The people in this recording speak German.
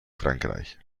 frankreich